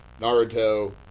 Naruto